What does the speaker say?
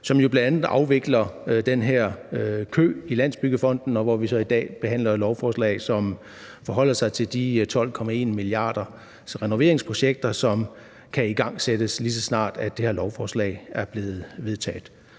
jo bl.a. afvikler den her kø i Landsbyggefonden, og hvor vi så i dag behandler et lovforslag, som forholder sig til de 12,1 mia. kr. til renoveringsprojekter, som kan igangsættes, lige så snart det her lovforslag er blevet vedtaget.